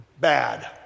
bad